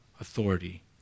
authority